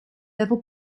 level